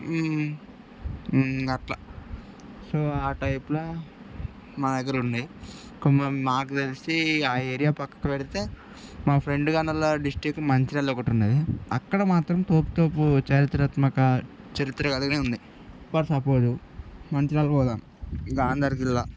అట్లా సో ఆ టైప్లో మా దగ్గర ఉన్నయి మాకు తెలిసి ఆ ఏరియా పక్కకు పెడితే మా ఫ్రెండ్ వాళ్ళ డిస్ట్రిక్ట్ మంచిర్యాల్ ఒకటున్నాది అక్కడ మాత్రం తోపు తోపు చారిత్రాత్మక చరిత్ర కలిగి ఉంది ఫర్ సపోజ్ మంచిర్యల్ పోదాం గాంధారి ఖిల్లా